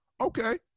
okay